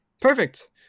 Perfect